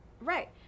Right